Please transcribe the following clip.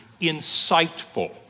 insightful